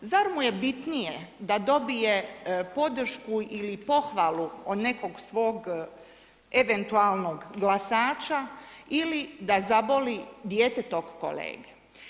Zar mu je bitnije, da dobije podršku ili pohvalu od nekog svog eventualnog glasača ili da zaboli djetetov kolege.